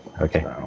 okay